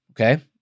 okay